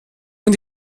und